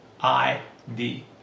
I-D